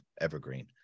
evergreen